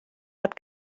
hat